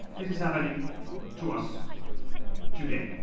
this is happening to us today.